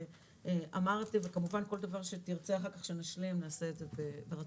שאמרתי וכמובן שכל דבר שתרצה שנשלים,